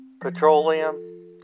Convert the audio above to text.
Petroleum